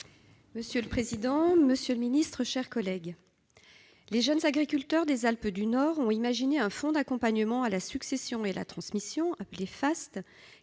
Monsieur le président, monsieur le ministre, mes chers collègues, les jeunes agriculteurs des Alpes du Nord ont imaginé un fonds d'accompagnement à la succession et à la transmission, appelé « FAST